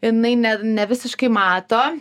jinai ne nevisiškai mato